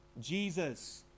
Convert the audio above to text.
Jesus